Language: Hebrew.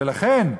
ולכן,